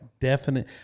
definite